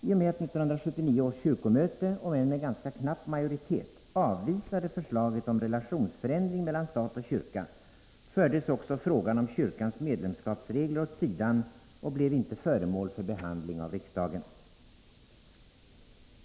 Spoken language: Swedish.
I och med att 1979 års kyrkomöte — om än med ganska knapp majoritet — avvisade förslaget om relationsförändring stat-kyrka, fördes också frågan om kyrkans medlemskapsregler åt sidan och blev inte föremål för behandling av riksdagen.